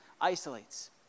isolates